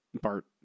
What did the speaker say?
Bart